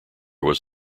was